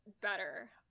better